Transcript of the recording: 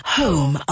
home